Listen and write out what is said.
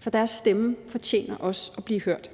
for deres stemme fortjener også blive hørt.